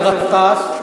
באסל גטאס?